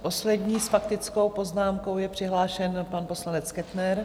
Poslední s faktickou poznámkou je přihlášen pan poslanec Kettner.